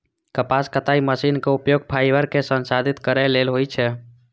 कपास कताइ मशीनक उपयोग फाइबर कें संसाधित करै लेल होइ छै